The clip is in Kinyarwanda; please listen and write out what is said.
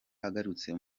agarutse